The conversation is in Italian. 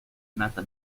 nata